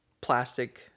plastic